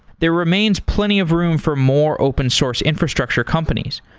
there remains plenty of room for more open source infrastructure companies.